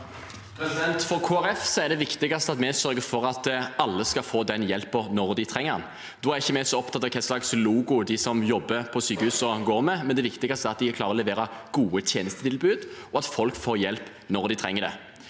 Folkeparti er det viktigste at vi sørger for at alle skal få hjelp når de trenger den. Da er vi ikke så opptatt av hvilken logo de som jobber på sykehusene, går med. Det viktigste er at de klarer å levere gode tjenestetilbud, og at folk får hjelp når de trenger det.